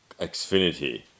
Xfinity